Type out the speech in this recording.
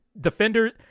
Defender